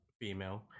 female